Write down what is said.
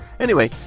anyway,